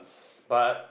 but